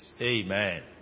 Amen